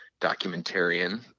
documentarian